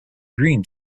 green